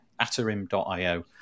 atarim.io